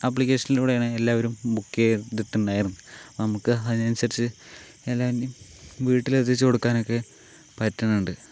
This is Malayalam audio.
അപ്ലിക്കേഷനിലൂടെ ആണ് എല്ലാവരും ബുക്ക് ചെയ്തിട്ടുണ്ടായിരുന്നു നമുക്ക് അതിനനുസരിച്ച് എല്ലാം വീട്ടിൽ എത്തിച്ചു കൊടുക്കാനൊക്കെ പറ്റണുണ്ട്